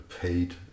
paid